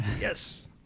Yes